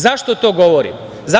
Zašto to govorim?